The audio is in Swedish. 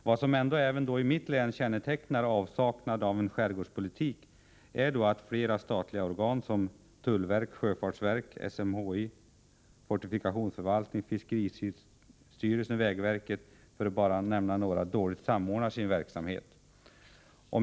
Vad som, även när det gäller mitt län, kännetecknar den nuvarande avsaknaden av en skärgårdspolitik är att flera statliga organ som tullverket, sjöfartsverket, SMHI, fortifikationsförvaltningen, fiskeristyrelsen och vägverket, för att bara nämna några, dåligt samordnar sin verksamhet.